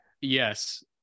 Yes